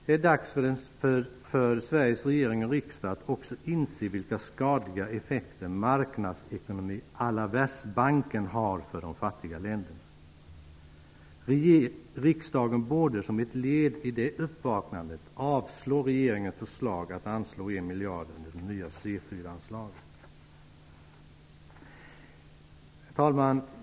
Det är dags för Sveriges regering och riksdag att också inse vilka skadliga effekter marknadsekonomi A la Världsbanken har för de fattiga länderna. Riksdagen borde som ett led i det uppvaknandet avslå regeringens förslag att anslå 1 miljard under det nya C 4-anslaget. Herr talman!